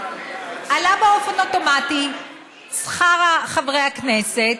עלה באופן אוטומטי שכר חברי הכנסת